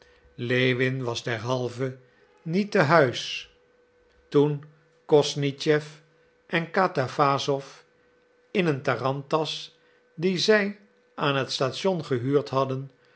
lewin was derhalve niet te huis toen kosnischew en katawassow in een tarantas die zij aan het station gehuurd hadden